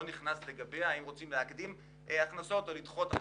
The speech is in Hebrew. נכנס לגביה האם רוצים להקדים הכנסות או לדחות הכנסות.